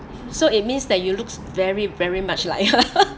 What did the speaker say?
so it means that you looks very very much like her